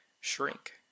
shrink